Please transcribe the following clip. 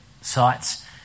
sites